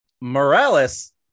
morales